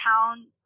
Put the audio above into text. town